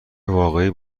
واقعی